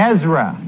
Ezra